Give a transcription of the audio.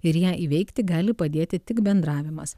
ir ją įveikti gali padėti tik bendravimas